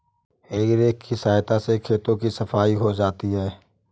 हेइ रेक की सहायता से खेतों की सफाई हो जाती है